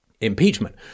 impeachment